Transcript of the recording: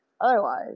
Otherwise